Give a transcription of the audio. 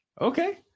Okay